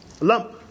lump